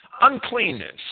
Uncleanness